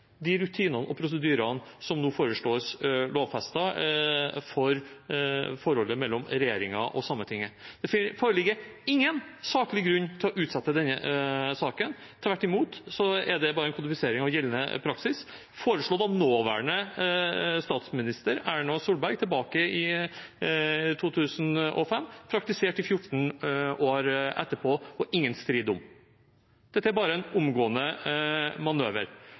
de rutinene og prosedyrene som nå foreslås lovfestet for forholdet mellom regjeringen og Sametinget. Det foreligger ingen saklig grunn til å utsette denne saken. Tvert imot er det bare en kodifisering av gjeldende praksis, som ble foreslått av nåværende statsminister, Erna Solberg, tilbake i 2005, og praktisert i 14 år etterpå, og som det har vært ingen strid om. Dette er bare en omgående manøver.